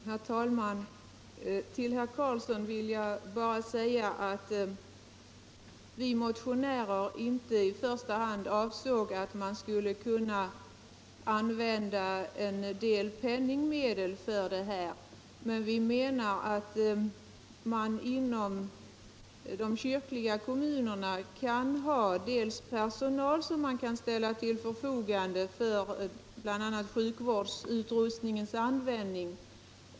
Herr talman! Till herr Karlsson i Malung vill jag bara säga att vi motionärer inte i första hand har avsett att man skulle kunna använda penningmedel för bistånd. Vi menar däremot att de kyrkliga kommunerna kan ha personal som kan ställas till förfogande för bl.a. sjukvårdsutrustningens användning.